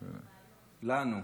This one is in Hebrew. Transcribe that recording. לנו.